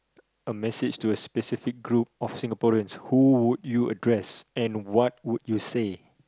a message to a specific group of Singaporeans who would you address and what would you say